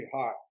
hot